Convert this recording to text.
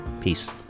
Peace